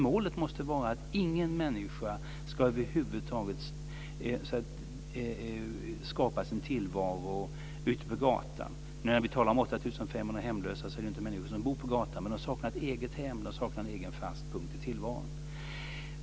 Målet måste vara att ingen människa över huvud taget ska skapa sig en tillvaro ute på gatan. När vi talar om 8 500 hemlösa är det inte människor som bor på gatan, men de saknar ett eget hem och saknar en egen fast punkt i tillvaron.